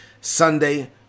Sunday